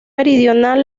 meridional